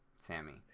Sammy